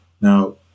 Now